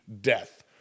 death